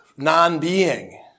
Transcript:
non-being